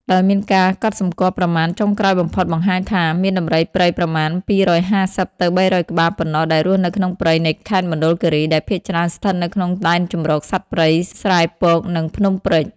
ដោយមានការកត់សម្គាល់ប្រមាណចុងក្រោយបំផុតបង្ហាញថា មានដំរីព្រៃប្រមាណ ២៥០ ទៅ ៣០០ក្បាលប៉ុណ្ណោះដែលរស់នៅក្នុងព្រៃនៃខេត្តមណ្ឌលគិរី ដែលភាគច្រើនស្ថិតនៅក្នុងដែនជម្រកសត្វព្រៃស្រែពក និងភ្នំព្រេច។